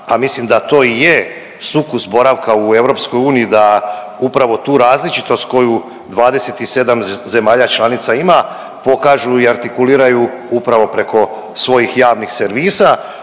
a mislim da to i je sukus boravka u EU da upravo tu različitost koju 27 zemalja članica ima pokažu i artikuliraju upravo preko svojih javnih servisa.